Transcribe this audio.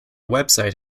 website